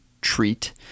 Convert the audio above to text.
treat